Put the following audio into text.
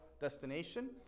destination